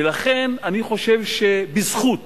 ולכן, אני חושב שבזכות